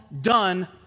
done